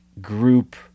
group